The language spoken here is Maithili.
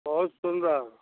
बहुत सुन्दर